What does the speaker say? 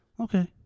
Okay